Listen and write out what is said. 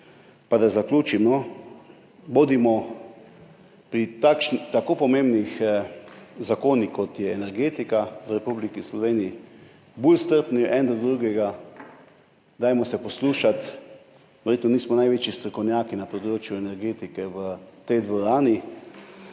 Pa da zaključim, bodimo pri tako pomembnih zakonih, kot je energetika v Republiki Sloveniji, bolj strpni eden do drugega, poslušajmo se. Verjetno nismo največji strokovnjaki na področju energetike v tej dvorani,